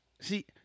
See